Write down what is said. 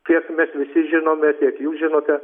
kiek mes visi žinome tiek jūs žinote